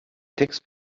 text